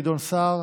גדעון סער,